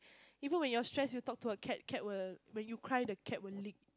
even when you are stressed you talk to a cat cat will when you cry the cat will lick